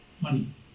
money